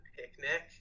picnic